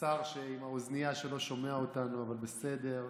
השר עם האוזנייה שלא שומע אותנו, אבל בסדר,